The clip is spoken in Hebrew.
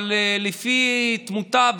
אבל לפי התמותה,